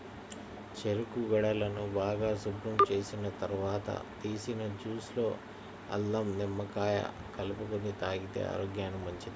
చెరుకు గడలను బాగా శుభ్రం చేసిన తర్వాత తీసిన జ్యూస్ లో అల్లం, నిమ్మకాయ కలుపుకొని తాగితే ఆరోగ్యానికి మంచిది